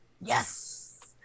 Yes